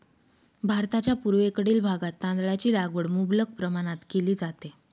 भारताच्या पूर्वेकडील भागात तांदळाची लागवड मुबलक प्रमाणात केली जाते